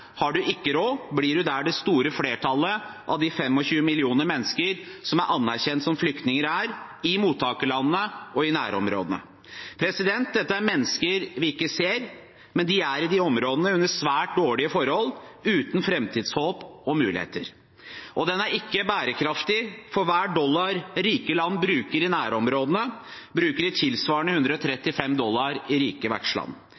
har man ikke råd, blir man der det store flertallet av de 25 millioner mennesker som er anerkjent som flyktninger, er, i mottakerlandene og i nærområdene. Dette er mennesker vi ikke ser, men de er i disse områdene under svært dårlige forhold – uten framtidshåp og muligheter. Og den er ikke bærekraftig. For hver dollar rike land bruker i nærområdene, bruker de tilsvarende 135 dollar i rike vertsland.